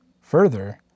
Further